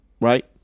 right